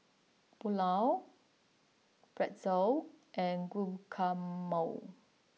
Pulao Pretzel and Guacamole